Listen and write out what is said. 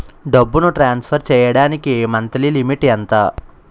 డబ్బును ట్రాన్సఫర్ చేయడానికి monthly limit ఎంత?